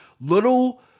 Little